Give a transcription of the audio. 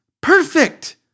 perfect